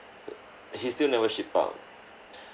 uh he still never ship out